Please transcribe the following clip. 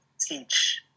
teach